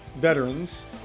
veterans